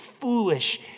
foolish